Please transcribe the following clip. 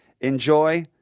Enjoy